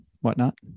whatnot